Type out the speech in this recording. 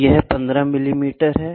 तो यह 15 मिलीमीटर है